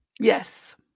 Yes